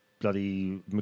bloody